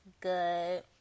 good